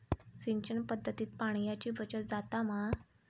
सिंचन पध्दतीत पाणयाची बचत जाता मा?